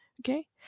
Okay